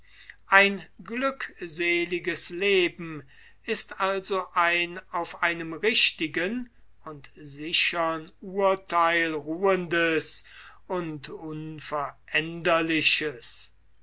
ein glückseliges leben ist also ein auf einem richtigen und sichern urtheil ruhendes und unveränderliches